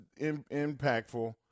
impactful